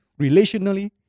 relationally